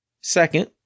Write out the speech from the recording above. Second